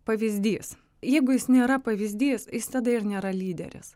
pavyzdys jeigu jis nėra pavyzdys jis tada ir nėra lyderis